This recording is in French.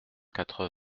quatre